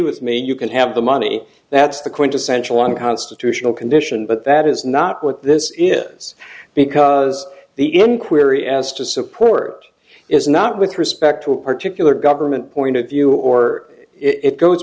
with me you can have the money that's the quintessential unconstitutional condition but that is not what this is because the inquiry as to support is not with respect to a particular government point of view or it goes